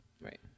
Right